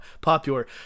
popular